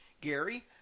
Gary